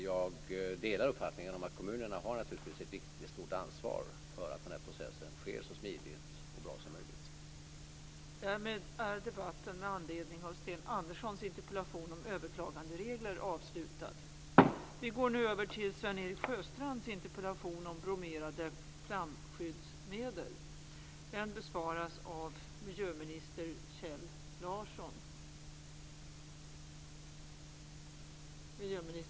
Jag delar uppfattningen att kommunerna har ett stort ansvar för att processen sker så smidigt och bra som möjligt.